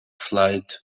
flight